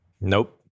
Nope